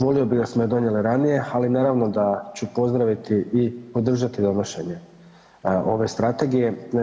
Volio bih da smo je donijeli ranije, ali naravno da ću pozdraviti i podržati donošenje ove Strategije.